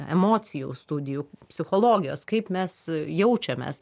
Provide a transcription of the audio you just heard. emocijų studijų psichologijos kaip mes jaučiamės